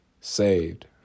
saved